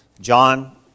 John